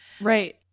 Right